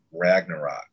Ragnarok